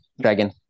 Dragon